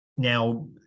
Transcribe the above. Now